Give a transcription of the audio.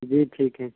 جی ٹھیک ہیں